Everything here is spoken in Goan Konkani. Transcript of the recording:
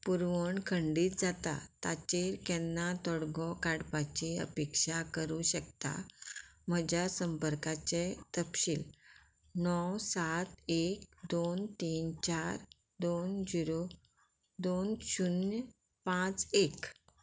पुरवण खंडीत जाता ताचेर केन्ना तोडगो काडपाची अपेक्षा करूं शकता म्हज्या संपर्काचे तपशील णव सात एक दोन तीन चार दोन झिरो दोन शुन्य पांच एक